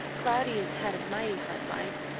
cloudy has had a mighty hard life,